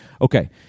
Okay